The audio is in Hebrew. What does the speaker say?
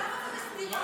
למה זה בסתירה?